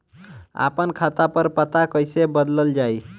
आपन खाता पर पता कईसे बदलल जाई?